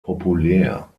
populär